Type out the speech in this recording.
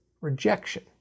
rejection